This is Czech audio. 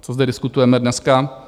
Co zde diskutujeme dneska?